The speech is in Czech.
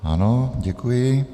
Ano, děkuji.